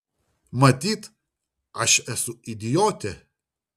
matyt aš esu idiotė